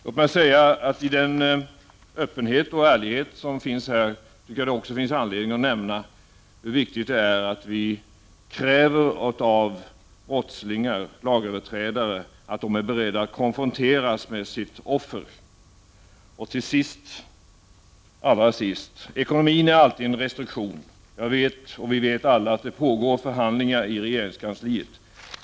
Låt mig säga att i den öppenhet och ärlighet som finns här tycker jag att det finns anledning att nämna hur viktigt det är att vi kräver av lagöverträdare att de är beredda att konfronteras med sitt offer. Och allra sist: Ekonomin är alltid en restriktion. Vi vet alla att det pågår förhandlingar i regeringskansliet.